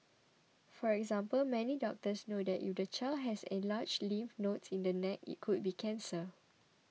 for example many doctors know that if the child has enlarged lymph nodes in the neck it could be cancer